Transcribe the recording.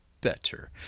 better